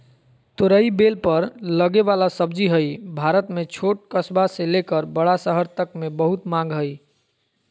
तोरई बेल पर लगे वला सब्जी हई, भारत में छोट कस्बा से लेकर बड़ा शहर तक मे बहुत मांग हई